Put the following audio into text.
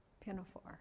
pinafore